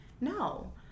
No